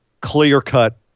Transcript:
clear-cut